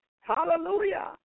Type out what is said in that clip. Hallelujah